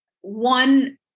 one